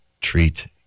treat